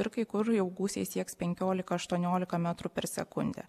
ir kai kur jau gūsiai sieks penkiolika aštuoniolika metrų per sekundę